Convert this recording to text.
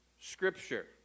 scripture